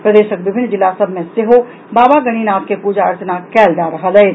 प्रदेशक विभिन्न जिला सभ मे सेहो बाबा गणिनाथ के पूजा अर्चना कयल जा रहल अछि